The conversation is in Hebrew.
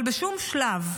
אבל בשום שלב,